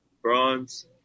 Bronze